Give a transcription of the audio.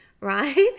right